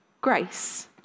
grace